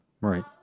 Right